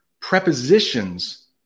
prepositions